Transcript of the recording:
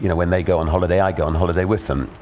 you know when they go on holiday, i go on holiday with them.